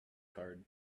card